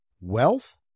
wealth